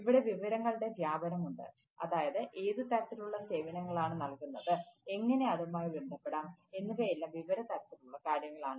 ഇവിടെ വിവരങ്ങളുടെ വ്യാപനം ഉണ്ട് അതായത് ഏത് തരത്തിലുള്ള സേവനങ്ങളാണ് നൽകുന്നത് എങ്ങനെ അതുമായി ബന്ധപ്പെടാം എന്നിവയെല്ലാം വിവര തരത്തിലുള്ള കാര്യങ്ങളാണ്